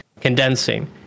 condensing